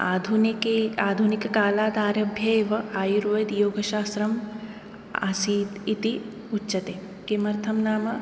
आधुनिके आधुनिककालात् आरभ्येव आयुर्वेद योगशास्त्रम् आसीत् इति उच्यते किमर्थं नाम